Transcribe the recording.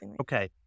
Okay